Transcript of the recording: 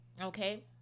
okay